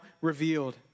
revealed